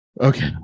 Okay